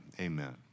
Amen